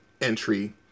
entry